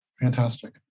Fantastic